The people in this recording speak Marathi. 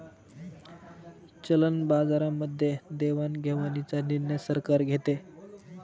चलन बाजारामध्ये देवाणघेवाणीचा निर्णय सरकार घेते